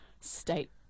state